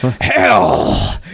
Hell